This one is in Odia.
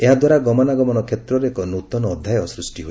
ଏହାଦ୍ୱାରା ଗମନାଗମନ କ୍ଷେତ୍ରରେ ଏକ ନୃତନ ଅଧ୍ୟାୟ ସୂଷ୍ଟି ହେବ